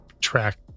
track